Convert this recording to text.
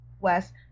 West